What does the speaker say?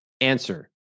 Answer